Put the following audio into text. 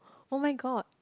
oh-my-god